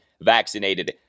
vaccinated